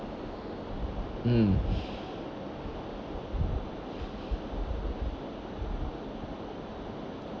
mm